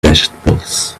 vegetables